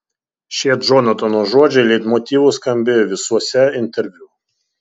šie džonatano žodžiai leitmotyvu skambėjo visuose interviu